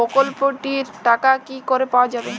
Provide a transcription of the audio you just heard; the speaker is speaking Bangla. প্রকল্পটি র টাকা কি করে পাওয়া যাবে?